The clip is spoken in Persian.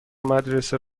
مدرسه